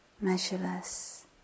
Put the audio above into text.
measureless